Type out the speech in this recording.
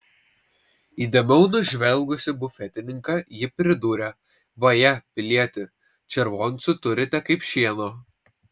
įdėmiau nužvelgusi bufetininką ji pridūrė vaje pilieti červoncų turite kaip šieno